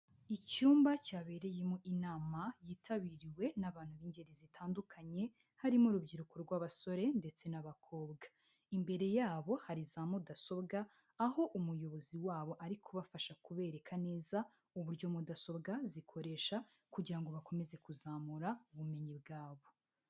Icyumba cyabereyemo inama, yitabiriwe n'abantu b'ingeri zitandukanye, harimo urubyiruko rw'abasore ndetse n'abakobwa, imbere yabo hari za mudasobwa, aho umuyobozi wabo ari kubafasha kubereka neza uburyo mudasobwa zikoresha, kugira ngo bakomeze kuzamura ubumenyi bwabo.